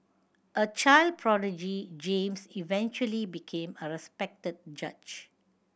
a child prodigy James eventually became a respected judge